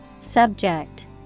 subject